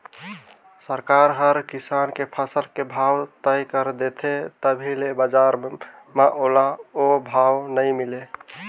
सरकार हर किसान के फसल के भाव तय कर देथे तभो ले बजार म ओला ओ भाव नइ मिले